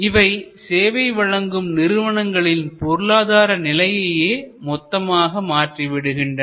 இவை சேவை வழங்கும் நிறுவனங்களின் பொருளாதார நிலையையே மொத்தமாக மாற்றிவிடுகின்றன